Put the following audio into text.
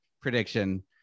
prediction